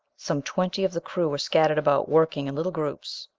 some twenty of the crew were scattered about, working in little groups.